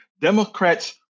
democrats